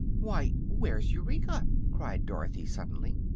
why, where's eureka? cried dorothy, suddenly.